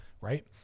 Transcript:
right